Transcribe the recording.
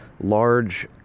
large